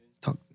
Talk